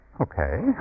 okay